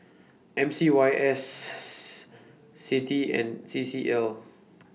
M C Y S CITI and C C L